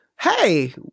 hey